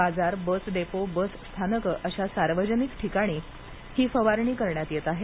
बाजार bus depot bus स्थानकं अशा सार्वजनिक ठिकाणी ही फवारणी करण्यात येत आहे